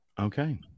Okay